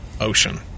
ocean